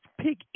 pick